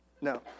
No